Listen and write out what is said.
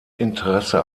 interesse